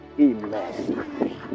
Amen